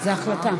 זו החלטה.